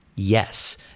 Yes